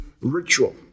Ritual